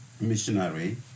missionary